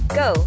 go